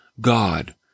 God